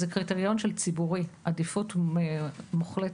זה קריטריון של ציבורי עדיפות מוחלטת,